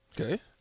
Okay